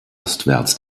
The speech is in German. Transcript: ostwärts